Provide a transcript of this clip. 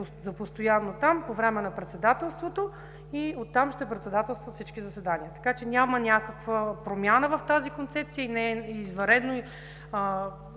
постоянно там по време на председателството и оттам ще председателстват всички заседания. Няма някаква промяна в тази концепция и не е извънредно